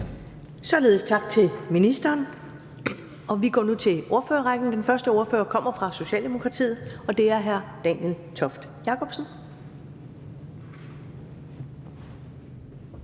Således tak til ministeren. Vi går nu til ordførerrækken. Den første ordfører kommer fra Socialdemokratiet, og det er hr. Daniel Toft Jakobsen.